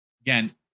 Again